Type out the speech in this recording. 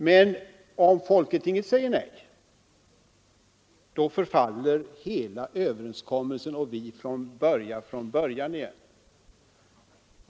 Men om folketinget säger nej förfaller hela överenskommelsen, och vi får börja från början igen.